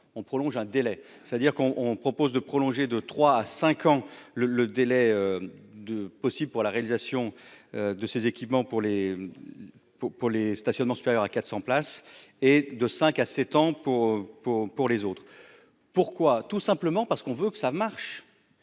on prolonge un délai, c'est-à-dire qu'on on propose de prolonger de 3 à 5 ans le le délai de possibles pour la réalisation de ces équipements pour les pour les stationnements supérieur à 400 places et de 5 à 7 ans pour, pour, pour les autres, pourquoi, tout simplement parce qu'on veut que ça marche